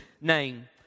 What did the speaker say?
name